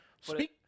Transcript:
Speak